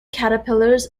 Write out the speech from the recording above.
caterpillars